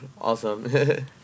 awesome